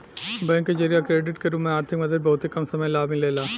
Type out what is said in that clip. bank के जरिया credit के रूप में आर्थिक मदद बहुते कम समय ला मिलेला